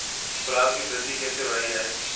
गुलाब की वृद्धि कैसे बढ़ाई जाए?